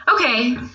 Okay